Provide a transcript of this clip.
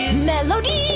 melodies.